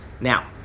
Now